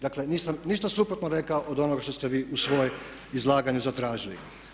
Dakle, nisam ništa suprotno rekao od onog što ste vi u svojem izlaganju zatražili.